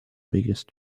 biggest